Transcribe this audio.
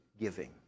giving